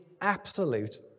absolute